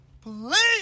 please